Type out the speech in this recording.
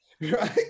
right